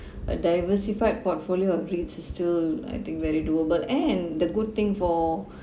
a diversified portfolio of REITS is still I think very durable and the good thing for